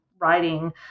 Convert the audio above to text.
writing